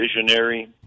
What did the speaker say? visionary